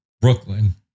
Brooklyn